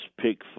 pick